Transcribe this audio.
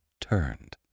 turned